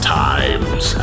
times